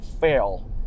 fail